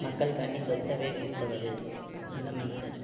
மக்களுக்காண்டி சொத்தையே கொடுத்தவரு நல்ல மனுஷர்